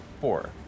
Four